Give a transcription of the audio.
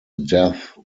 death